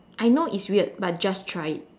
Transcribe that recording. I know it's weird but just try it